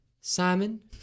Simon